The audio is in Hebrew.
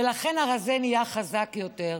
ולכן הרזה נהיה חזק יותר.